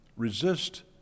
Resist